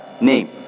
name